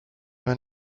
ven